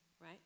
right